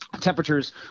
temperatures